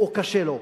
או קשה לו?